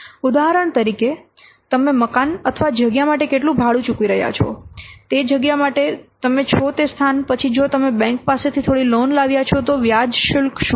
ઉદાહરણ તરીકે તમે મકાન અથવા જગ્યા માટે કેટલું ભાડુ ચૂકવી રહ્યા છો તે જગ્યા માટે તમે છો તે સ્થાન પછી જો તમે બેંક પાસેથી થોડી લોન લાવ્યા છો તો વ્યાજ શુલ્ક શું છે